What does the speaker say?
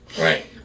right